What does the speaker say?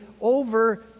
over